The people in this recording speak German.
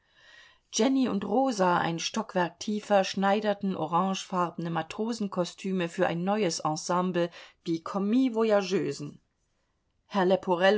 jenny und rosa ein stockwerk tiefer schneiderten orangefarbene matrosenkostüme für ein neues ensemble die commis voyageusen herr